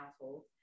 households